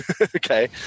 Okay